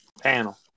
panel